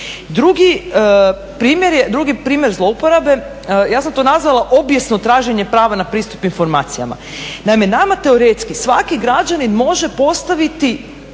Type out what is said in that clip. Drugi primjer zlouporabe ja sam to nazvala obijesno traženje prava na pristup informacijama. Naime, nama teoretski svaki građanin može postaviti